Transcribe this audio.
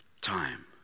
time